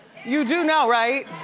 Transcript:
you do know, right?